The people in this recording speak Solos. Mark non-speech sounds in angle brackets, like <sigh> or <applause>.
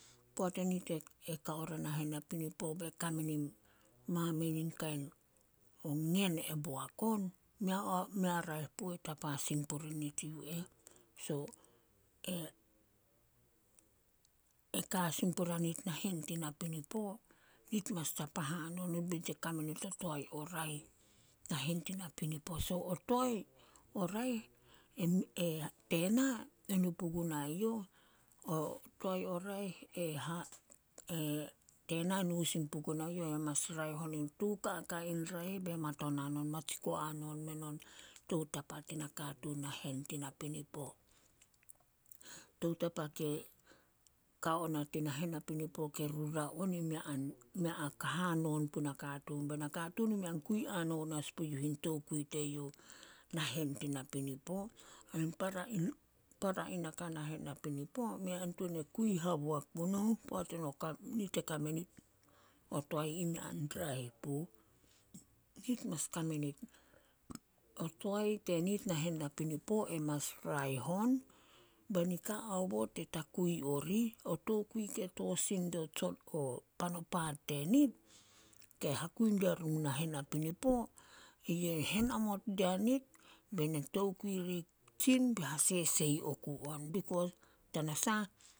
Poat enit e- e kao ria nahen napinipo be kame nin mamein in kain o ngen e boak on, <unintelligible> mei raeh puh tapa sin puri nit yu eh. So <hesitation> e ka sin puria nit nahen tin napinipo, nit mas tapa hanon o nit be nit kame nit o toae o raeh, nahen tin napinipo. So o toae o raeh <hesitation> tena, e nu pugunai youh, o toae o raeh <hesitation> tena nu sin pugunai youh e mas raeh on <unintelligible> kaka in raeh be matonan on, matsiko hanon menon tou tapa tin nakatuun nahen tin napinipo. Toutapa ke ka ona tin nahen napinipo ke rura on, mei an, mei a ka hanon pui nakatuun be nakatuun mei an kui hanon as puyuh in tokui teyouh nahen tin napinipo. Ain para in- para in naka nahen napinipo, mei a tuan e kui haboak punouh poat eno <unintelligible> nit e kame nit o toae i mei an raeh puh. <noise> nit mas kame nit <noise> o toae tenit nahen napinipo e mas raeh on ba nika haobot e takui orih, o tokui ke tooh sin dio <hesitation> pan o paat tenit, ke hakui diarun nahen napinipo ye henamot dianit be na tokui ri tsin be hasesei oku on. <unintelligible> Tanasah,